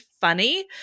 funny